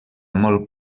molt